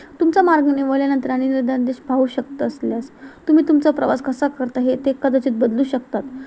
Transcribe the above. तुमचा मार्ग निवडल्यानंतर आणि धान देश पाहू शकत असल्यास तुम्ही तुमचा प्रवास कसा करता हे ते कदाचित बदलू शकतात